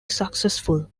successful